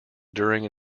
during